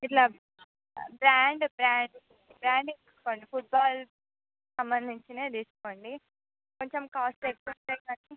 ఇలా brand brand బ్రాండ్వి తీసుకోండి ఫుట్బాల్ సంబంధించినవి తీసుకోండి కొంచెం కాస్ట్ ఎక్కువున్నా కానీ